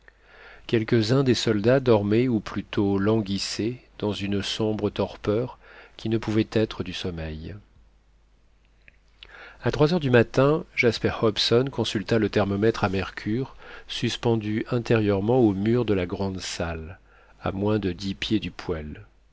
quelques-uns des soldats dormaient ou plutôt languissaient dans une sombre torpeur qui ne pouvait être du sommeil à trois heures du matin jasper hobson consulta le thermomètre à mercure suspendu intérieurement au mur de la grande salle à moins de dix pieds du poêle